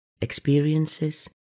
experiences